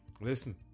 Listen